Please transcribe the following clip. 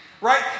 Right